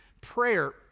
prayer